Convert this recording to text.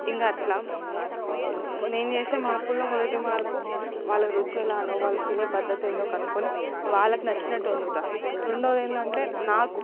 ఇంగ అట్లా మ నేను చేస్తే మార్పుల్లో మొదటి మార్పు వాళ్ళ రుచెలానొ వాళ్ళు తినే పద్దతేందో కనుక్కొని వాళ్ళకి నచ్చినట్టు వండుతా రెండోదేందంటే నాకు